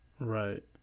Right